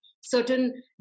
certain